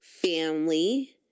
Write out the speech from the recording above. Family